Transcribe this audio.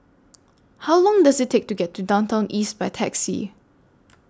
How Long Does IT Take to get to Downtown East By Taxi